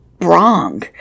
wrong